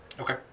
Okay